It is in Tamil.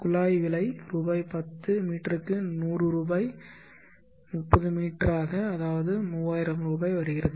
குழாய் விலை ரூபாய் 10 மீட்டருக்கு 100 ரூபாய் 30 மீட்டராக அதாவது 3000 ரூபாய் வருகிறது